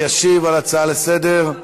וחבל שלא תמכתם בו.